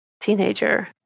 teenager